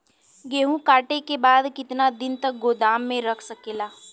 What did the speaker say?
गेहूँ कांटे के बाद कितना दिन तक गोदाम में रह सकेला?